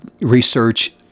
research